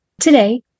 today